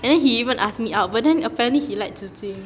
and then he even asked me out but then apparently he like zi qing